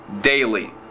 daily